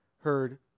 heard